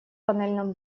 панельном